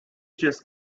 just